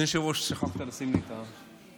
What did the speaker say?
אדוני היושב-ראש, שכחת לשים לי את השעון.